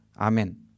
Amen